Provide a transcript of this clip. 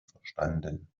verstanden